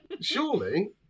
surely